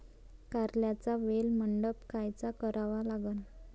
कारल्याचा वेल मंडप कायचा करावा लागन?